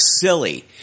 silly